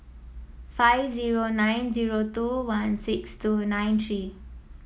five zero nine zero two one six two nine three